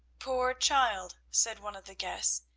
poor child, said one of the guests,